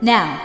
Now